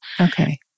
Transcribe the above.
okay